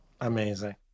Amazing